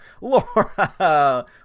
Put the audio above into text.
Laura